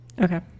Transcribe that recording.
Okay